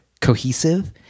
cohesive